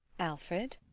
alfred?